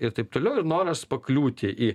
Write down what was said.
ir taip toliau ir noras pakliūti į